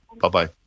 Bye-bye